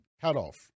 cutoff